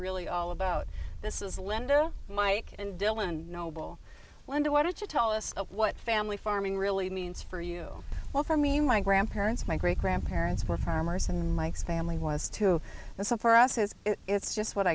really all about this is linda mike and dylan noble wonder why don't you tell us what family farming really means for you well for me my grandparents my great grandparents were farmers and mike's family was too and so for us says it's just what